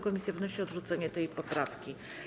Komisja wnosi o odrzucenie tej poprawki.